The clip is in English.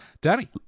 Danny